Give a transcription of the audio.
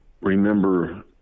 remember